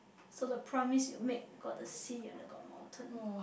so the promise it made got the sea and got mountain